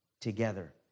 together